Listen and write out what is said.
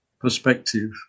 perspective